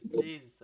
Jesus